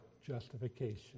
justification